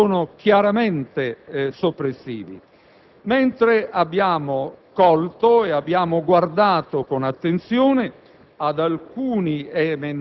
emendamenti che sono chiaramente soppressivi, mentre abbiamo colto e abbiamo guardato con attenzione